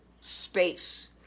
space